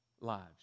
lives